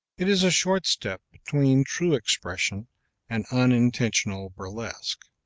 it is a short step between true expression and unintentional burlesque.